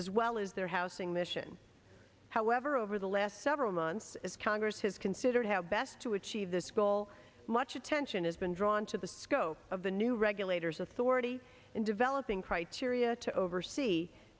as well as their house in mission however over the last several months as congress has considered how best to achieve this goal much attention has been drawn to the scope of the new regulators authority in developing criteria to oversee